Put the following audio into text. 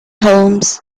holmes